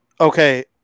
Okay